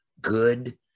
Good